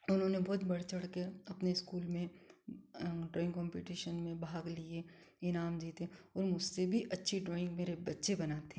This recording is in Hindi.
उन्होंने बहुत बढ़ चढ़ कर अपने स्कूल में ड्राइंग कॉम्पिटिशन में भाग लिए इनाम जीते और मुझसे भी अच्छी ड्राइंग मेरे बच्चे बनाते